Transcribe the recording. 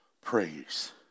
praise